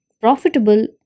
profitable